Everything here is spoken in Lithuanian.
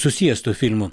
susijęs su tuo filmu